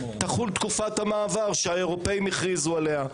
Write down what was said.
תחול תקופת המעבר שהאירופאים הכריזו עליה.